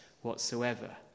whatsoever